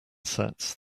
sets